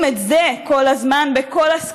כל אחד מאיתנו הוא חלק